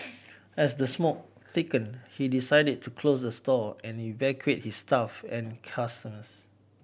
as the smoke thickened he decided to close the store and evacuate his staff and customers